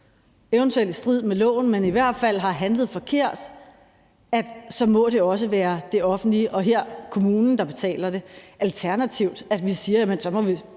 eventuelt i strid med loven, men i hvert fald har handlet forkert, så må det også være det offentlige og her kommunen, der betaler det. Alternativt må man indføre en eller